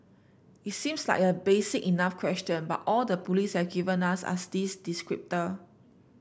it seems like a basic enough question but all the police have given us are these descriptor